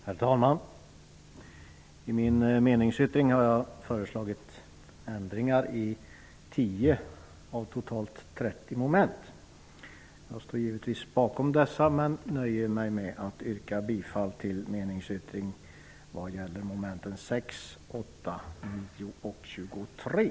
Herr talman! I min meningsyttring har jag föreslagit ändringar i 10 av totalt 30 moment. Jag står givetvis bakom dessa. Men jag nöjer mig med att yrka bifall till meningsyttringen i vad gäller momenten 6, 8, 9, och 23.